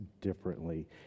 differently